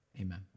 Amen